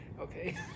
okay